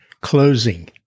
closing